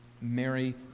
Mary